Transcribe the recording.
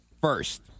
first